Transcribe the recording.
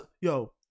yo